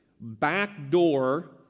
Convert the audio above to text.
backdoor